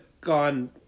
gone